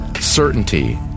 certainty